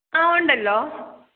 ആഹ് ഉണ്ടല്ലോ